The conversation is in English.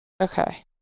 okay